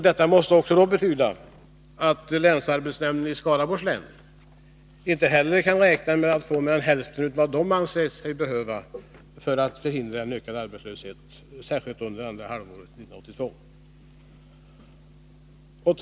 Detta måste också betyda att länsarbetsnämnden i Skaraborgs län inte heller kan räkna med att få mer än hälften av vad man anser sig behöva för att förhindra en ökad arbetslöshet, särskilt under andra halvåret 1982.